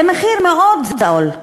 זה מחיר מאוד זול,